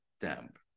damp